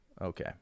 Okay